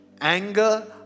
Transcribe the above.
anger